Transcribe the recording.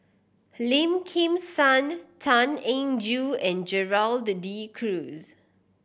Lim Kim San Tan Eng Joo and Gerald De Cruz